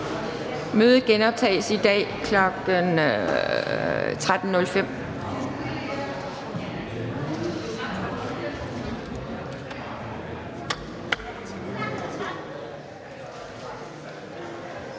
Mødet genoptages i dag kl. 13:05.